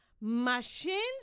machines